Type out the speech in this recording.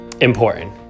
important